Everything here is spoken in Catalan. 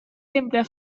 sempre